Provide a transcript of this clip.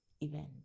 event